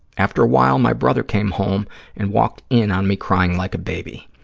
after a while, my brother came home and walked in on me crying like a baby.